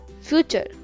future